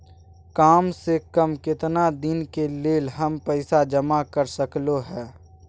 काम से कम केतना दिन के लेल हम पैसा जमा कर सकलौं हैं?